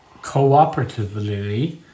cooperatively